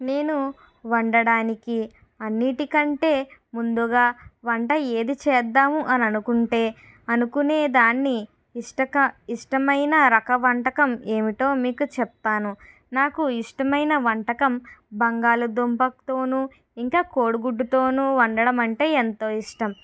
నేను వండటానికి అన్నిటికంటే ముందుగా వంట ఏది చేద్దాము అని అనుకుంటే అనుకునేదాన్ని ఇష్టమైన రక వంటకం ఏమిటో మీకు చెప్తాను నాకు ఇష్టమైన వంటకం బంగాళాదుంపతోను ఇంకా కోడిగుడ్డుతోను వండడం అంటే ఎంతో ఇష్టం